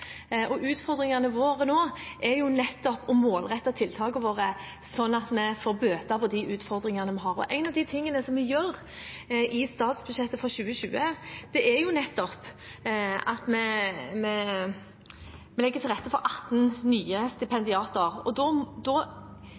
og utfordringene våre nå er nettopp å målrette tiltakene våre sånn at vi får bøtt på de utfordringene vi har. Noe av det som vi gjør i statsbudsjettet for 2020, er nettopp å legge til rette for 18 nye stipendiater. Da